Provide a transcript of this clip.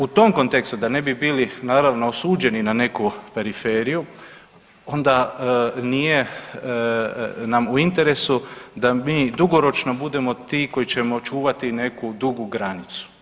U tom kontekstu da ne bi bili naravno osuđeni na neku periferiju onda nije nam u interesu da mi dugoročno budemo ti koji ćemo čuvati neku dugu granicu.